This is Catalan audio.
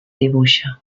dibuixa